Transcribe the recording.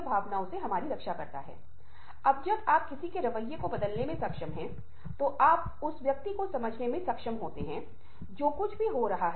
अब हम अग्रभूमि के इस पहलू के बारे में बात कर रहे हैं जब भी आप किसी व्यक्ति को सुन रहे होते हैं तब भी कुछ विशेष प्रकार की अग्रभूमि होती है